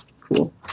cool